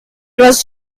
was